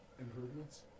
Improvements